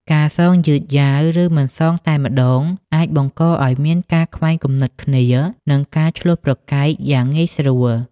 ការសងយឺតយ៉ាវ ឬមិនសងតែម្ដង អាចបង្កឲ្យមានការខ្វែងគំនិតគ្នា និងការឈ្លោះប្រកែកយ៉ាងងាយស្រួល។